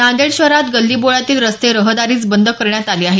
नांदेड शहरात गल्लीबोळातील रस्ते रहदारीस बंद करण्यात आले आहेत